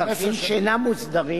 מקרקעין שאינם מוסדרים,